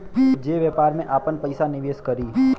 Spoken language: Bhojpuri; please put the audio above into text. जे व्यापार में आपन पइसा निवेस करी